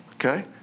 Okay